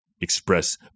express